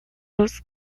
los